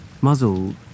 Muzzle